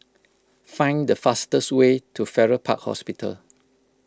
find the fastest way to Farrer Park Hospital